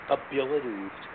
abilities